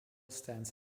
stands